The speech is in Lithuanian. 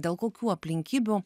dėl kokių aplinkybių